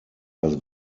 das